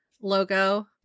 logo